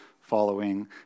following